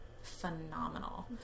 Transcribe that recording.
Phenomenal